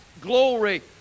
glory